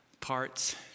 parts